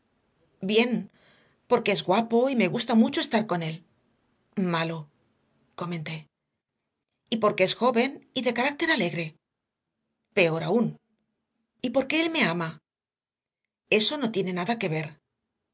bien porque es guapo y me gusta mucho estar con él malo comenté y porque es joven y de carácter alegre peor aún y porque él me ama eso no tiene nada que ver